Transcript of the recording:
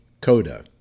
Coda